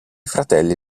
fratelli